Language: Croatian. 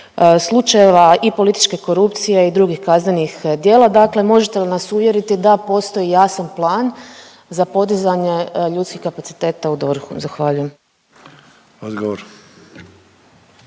slučajeva i političke korupcije i drugih kaznenih djela, dakle možete li nas uvjeriti da postoji jasan plan za podizanje ljudskih kapaciteta u DORH-u? Zahvaljujem.